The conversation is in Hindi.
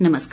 नमस्कार